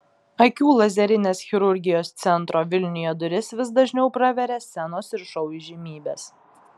akių lazerinės chirurgijos centro vilniuje duris vis dažniau praveria scenos ir šou įžymybės